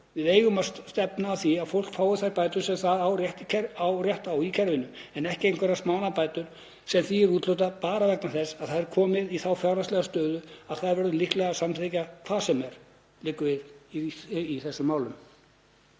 Við eigum að stefna að því að fólk fái þær bætur sem það á rétt á í kerfinu en ekki einhverjar smánarbætur sem því er úthlutað bara vegna þess að það er komið í þá fjárhagslegu stöðu að það verður líklega að samþykkja hvað sem er, liggur mér